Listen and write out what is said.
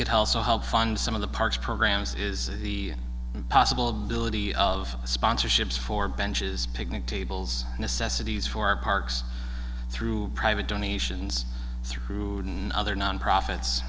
could also help fund some of the parks programs is the possible delivery of sponsorships for benches picnic tables necessities for our parks through private donations through and other non profits